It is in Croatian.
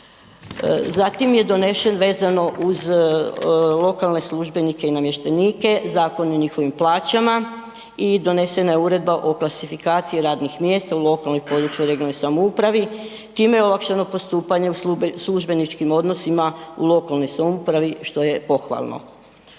Zatim je donesen vezano uz lokalne službenike i namještenike Zakon o njihovim plaćama i donesena je uredba o klasifikaciji radnih mjesta u lokalnoj i područnoj regionalnoj samoupravi, time je olakšano postupanje u službeničkim odnosima u lokalnoj samoupravi što je pohvalno.